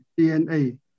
DNA